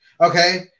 Okay